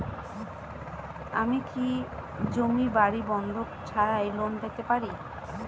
আমি কি জমি বাড়ি বন্ধক ছাড়াই লোন পেতে পারি?